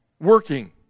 working